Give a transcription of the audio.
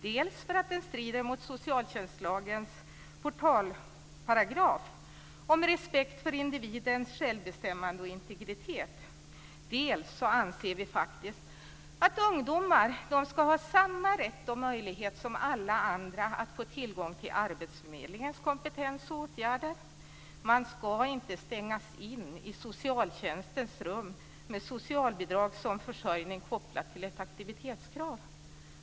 Dels strider den mot socialtjänstlagens portalparagraf om respekt för individens självbestämmande och integritet, dels anser vi att ungdomar ska ha samma rätt och möjlighet som alla andra att få tillgång till arbetsförmedlingens kompetens och åtgärder. De ska inte stängas in i socialtjänstens rum med socialbidrag som försörjning, kopplat till ett aktivitetskrav.